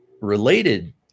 related